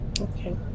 Okay